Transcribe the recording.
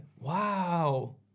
Wow